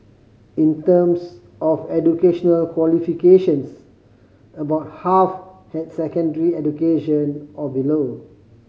in terms of educational qualifications about half had secondary education or below